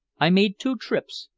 i made two trips,